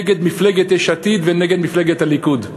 נגד מפלגת יש עתיד ונגד מפלגת הליכוד.